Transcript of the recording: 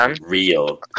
real